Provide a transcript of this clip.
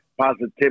positivity